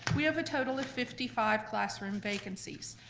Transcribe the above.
we have a total of fifty five classroom vacancies.